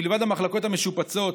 מלבד המחלקות המשופצות,